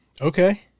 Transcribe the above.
Okay